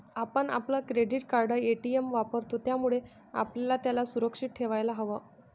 आपण आपलं credit card, ATM वापरतो, त्यामुळे आपल्याला त्याला सुरक्षित ठेवायला हव